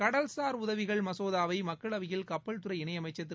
கடல்சார் உதவிகள் மசோதாவை மக்களவையில் கப்பல் துறை இணையமைச்சர் திரு